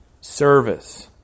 service